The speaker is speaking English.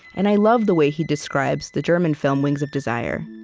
and i love the way he describes the german film wings of desire.